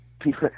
people